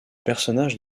personnage